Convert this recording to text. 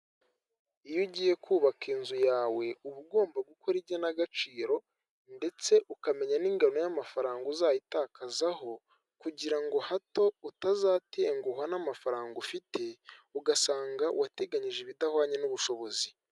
Iyo ugiye kubaka inzu yawe uba ugomba gukora igena gaciro ndetse ukamenya n'ingano y'amafaranga uzayitakazaho, kugirango hato utazatenguhwa n'amafaranga ufite ugasanga wateganyije ibidahwanye n'ubushobozi.